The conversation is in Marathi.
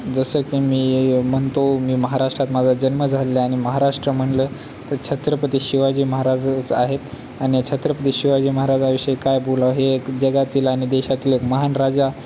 जसं की मी म्हणतो मी महाराष्ट्रात माझा जन्म झालेला आहे आणि महाराष्ट्र म्हटलं तर छत्रपती शिवाजी महाराजाच आहे आणि छत्रपती शिवाजी महाराजाविषयी काय बोलावं हे एक जगातील आणि देशातील एक महान राजा